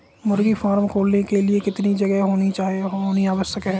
मुर्गी फार्म खोलने के लिए कितनी जगह होनी आवश्यक है?